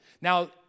Now